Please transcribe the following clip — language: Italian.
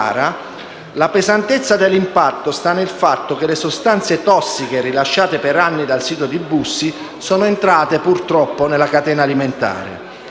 la pesantezza dell'impatto sta nel fatto che le sostanze tossiche rilasciate per anni dal sito di Bussi sono purtroppo entrate nella catena alimentare.